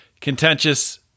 contentious